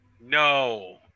no